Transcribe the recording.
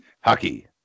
Hockey